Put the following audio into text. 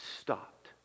stopped